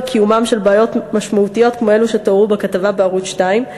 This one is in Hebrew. קיומן של בעיות משמעותיות כמו אלו שתוארו בכתבה בערוץ 2,